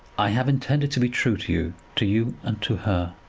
i have intended to be true to you to you and to her.